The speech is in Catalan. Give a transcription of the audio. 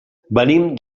venim